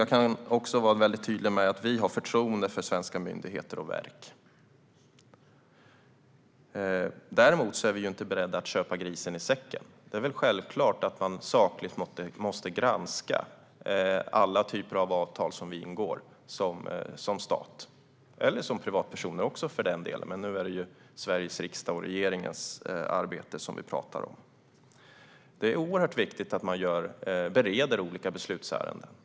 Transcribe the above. Jag kan också vara tydlig med att vi har förtroende för svenska myndigheter och verk. Däremot är vi inte beredda att köpa grisen i säcken. Det är självklart att man sakligt måste granska alla typer av avtal som vi ingår som stat eller för den delen som privatpersoner, men nu är det Sveriges riksdag och regeringens arbete vi talar om. Det är oerhört viktigt att man bereder olika beslutsärenden.